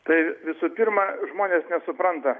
tai visų pirma žmonės nesupranta